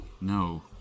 No